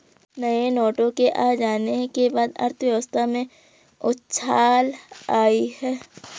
नए नोटों के आ जाने के बाद अर्थव्यवस्था में उछाल आयी है